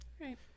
Right